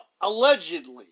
allegedly